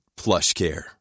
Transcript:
PlushCare